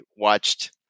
watched